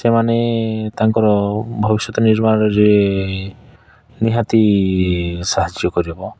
ସେମାନେ ତାଙ୍କର ଭବିଷ୍ୟତ ନିର୍ମାଣରେ ନିହାତି ସାହାଯ୍ୟ କରିବ